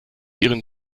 ihren